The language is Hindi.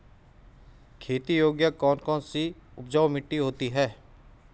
खेती योग्य कौन कौन सी उपजाऊ मिट्टी होती है?